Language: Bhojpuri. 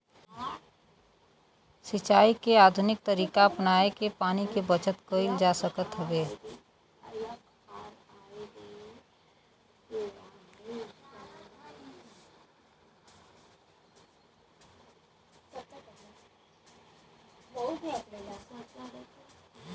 सिंचाई के आधुनिक तरीका अपनाई के पानी के बचत कईल जा सकत हवे